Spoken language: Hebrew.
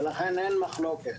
ולכן אין מחלוקת.